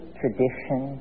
tradition